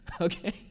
Okay